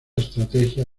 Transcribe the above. estrategia